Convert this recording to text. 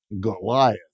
Goliath